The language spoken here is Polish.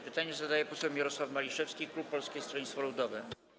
Pytanie zadaje poseł Mirosław Maliszewski, klub Polskiego Stronnictwa Ludowego.